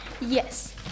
Yes